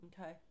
Okay